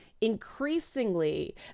increasingly